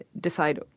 decide